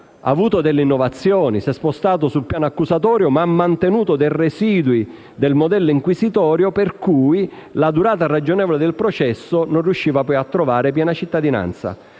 oggetto di innovazioni, spostandosi sul piano accusatorio, ma mantenendo alcuni residui del modello inquisitorio, per cui la durata ragionevole del processo non è riuscita più a trovare piena cittadinanza.